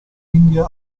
india